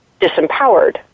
disempowered